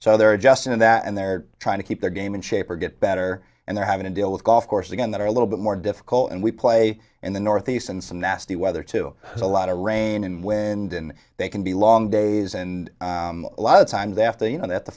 so they're just in that and they're trying to keep their game in shape or get better and they're having to deal with golf course again that are a little bit more difficult and we play in the northeast and some nasty weather too a lot of rain in when they can be long days and a lot of times after you know that the